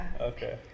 Okay